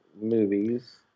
movies